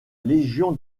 légion